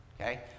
Okay